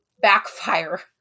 backfire